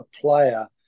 player